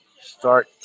start